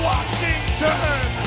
Washington